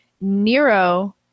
Nero